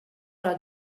era